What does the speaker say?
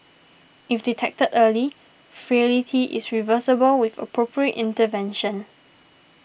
if detected early frailty is reversible with appropriate intervention